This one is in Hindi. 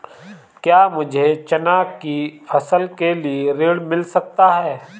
क्या मुझे चना की फसल के लिए ऋण मिल सकता है?